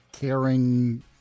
caring